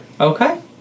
Okay